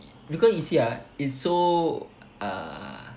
because you see ah it's so err